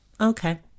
Okay